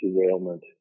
derailment